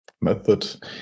method